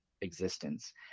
existence